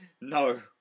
No